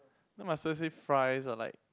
then might as well fry or like